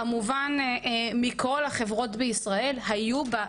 כמובן מכל החברות בישראל היו בה,